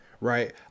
right